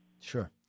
Sure